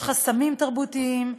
יש חסמים תרבותיים,